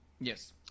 Yes